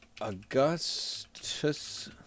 Augustus